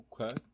Okay